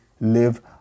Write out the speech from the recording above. live